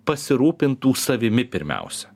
pasirūpintų savimi pirmiausia